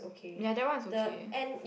ya that one is okay